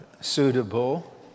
suitable